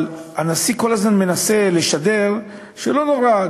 אבל הנשיא כל הזמן מנסה לשדר שלא נורא,